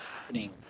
happening